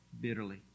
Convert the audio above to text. bitterly